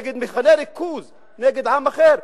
נגד מחנה ריכוז נגד עם אחר,